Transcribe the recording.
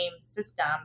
system